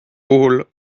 puhul